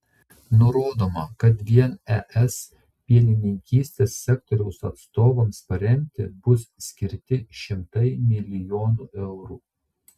nurodoma kad vien es pienininkystės sektoriaus atstovams paremti bus skirti šimtai milijonų eurų